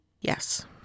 Yes